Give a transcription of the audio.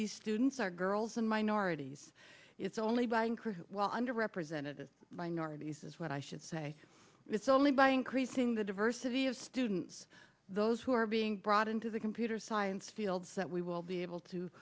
these students are girls and minorities it's only by increasing well under represented minorities is what i should say it's only by increasing the diversity of didn't those who are being brought into the computer science fields that we will be able to